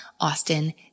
Austin